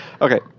Okay